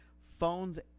phones